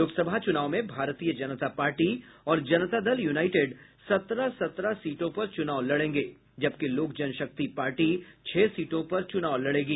लोकसभा चुनाव में भारतीय जनता पार्टी और जनता दल यूनाइटेड सत्रह सत्रह सीटों पर चुनाव लड़ेंगे जबकि लोक जनशक्ति पार्टी छह सीटों पर चुनाव लड़ेगी